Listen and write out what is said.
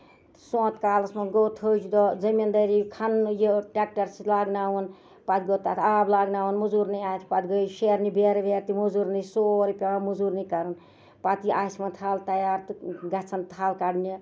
سونتہٕ کالَس منٛز گوٚو تھجۍ دۄہ زٔمیٖن دٲری کھننہٕ یِہِ ٹیکٹر سۭتۍ لاگناوُن پَتہٕ گوٚو تَتھ آب لگناوُن موزوٗر نہ اتھِ پَتہٕ گے شیرنہِ بیرٕ ویرٕ موزوٗر نٕے سورُے پیوان موزوٗرنٕے کَرُن پَتہٕ یہِ آسہِ وۄنۍ تھل تَیار تہٕ گژھان تھل کَڈنہِ